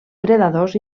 predadors